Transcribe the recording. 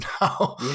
now